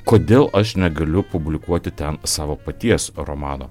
kodėl aš negaliu publikuoti ten savo paties romano